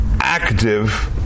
active